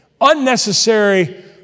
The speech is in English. unnecessary